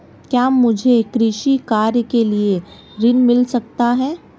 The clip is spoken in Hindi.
क्या मुझे कृषि कार्य के लिए ऋण मिल सकता है?